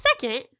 Second